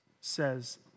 says